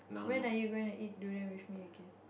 when are you going to eat durian with me again